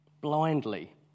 blindly